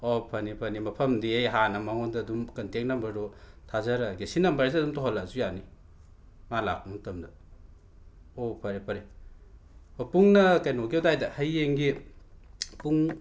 ꯑꯣ ꯐꯅꯤ ꯐꯅꯤ ꯃꯐꯝꯗꯤ ꯑꯩ ꯍꯥꯟꯅ ꯃꯉꯣꯟꯗ ꯑꯗꯨꯝ ꯀꯟꯇꯦꯛ ꯅꯝꯕꯔꯗꯣ ꯊꯥꯖꯔꯛꯑꯒꯦ ꯁꯤ ꯅꯝꯕꯔꯁꯤꯗ ꯑꯗꯨꯝ ꯇꯧꯍꯜꯂꯛꯑꯁꯨ ꯌꯥꯅꯤ ꯃꯥ ꯂꯥꯛꯄ ꯃꯇꯝꯗ ꯑꯣ ꯐꯔꯦ ꯐꯔꯦ ꯑꯣ ꯄꯨꯡꯅ ꯀꯩꯅꯣꯒꯤ ꯑꯗꯨꯋꯥꯏꯗ ꯍꯌꯦꯡꯒꯤ ꯄꯨꯡ